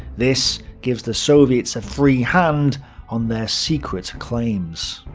this gives the soviets a free hand on their secret claims.